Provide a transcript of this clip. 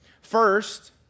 First